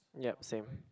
yup same